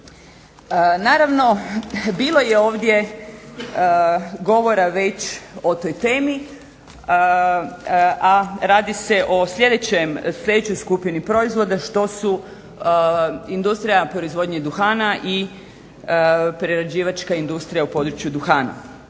Naravno, bilo je ovdje govora već o toj temi, a radi se o sljedećoj skupini proizvoda što su industrija proizvodnje duhana i prerađivačka industrija u području duhana.